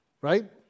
right